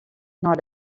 nei